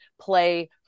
play